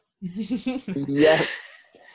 yes